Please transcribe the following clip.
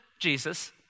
Jesus